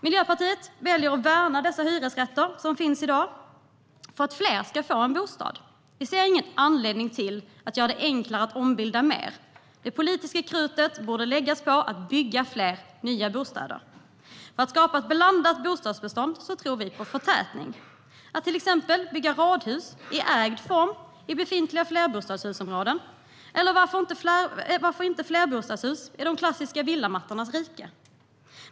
Miljöpartiet väljer att värnar de hyresrätter som finns i dag, för att fler ska få en bostad. Vi ser ingen anledning att göra det enklare att ombilda mer. Det politiska krutet borde läggas på att bygga fler nya bostäder. För att skapa ett blandat bostadsbestånd tror vi på förtätning, att till exempel bygga radhus i ägd form i befintliga flerbostadshusområden eller varför inte flerbostadshus i de klassiska villamattornas rike.